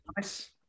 nice